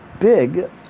big